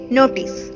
notice